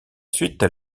suite